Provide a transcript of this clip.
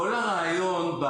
כל הרעיון,